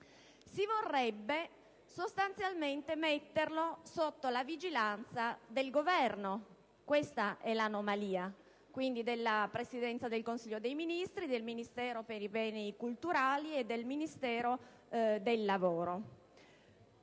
si vorrebbe sostanzialmente metterlo sotto la vigilanza del Governo - questa è l'anomalia - quindi della Presidenza del Consiglio dei ministri, del Ministero per i beni culturali e del Ministero del lavoro.